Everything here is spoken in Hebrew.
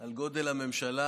על גודל הממשלה,